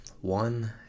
one